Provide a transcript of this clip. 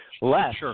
less